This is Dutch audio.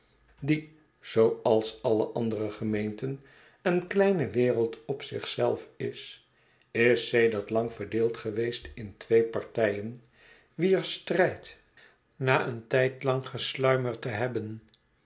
die zooals alle andere gemeenten een kleine wereld op zich zelf is is sedert lang verdeeld geweest in twee partijen wier strijd na een tijd lang gesluimerd te hebben